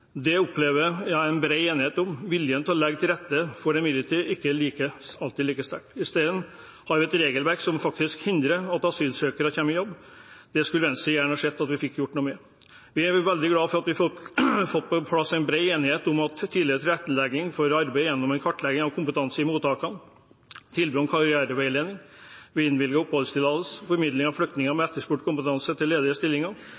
Det opplever jeg en bred enighet om. Viljen til å legge til rette for det er imidlertid ikke alltid like sterk. I stedet har vi et regelverk som faktisk hindrer at asylsøkere kommer i jobb. Det skulle Venstre gjerne sett at vi fikk gjort noe med. Vi er veldig glad for at vi har fått på plass bred enighet om tidligere tilrettelegging for arbeid gjennom en kartlegging av kompetanse i mottakene tilbud om karriereveiledning ved innvilget oppholdstillatelse formidling av flyktninger med etterspurt kompetanse til ledige stillinger